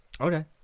Okay